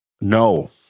No